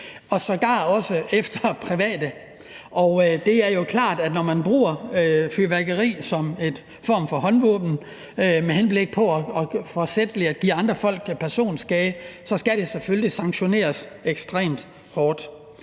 og sågar også efter private. Det er jo klart, at når man bruger fyrværkeri som en form for håndvåben med henblik på forsætligt at give andre folk personskade, så skal det selvfølgelig sanktioneres ekstremt hårdt.